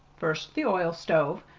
first the oil stove,